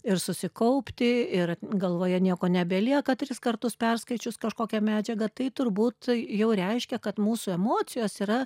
ir susikaupti ir galvoje nieko nebelieka tris kartus perskaičius kažkokią medžiagą tai turbūt jau reiškia kad mūsų emocijos yra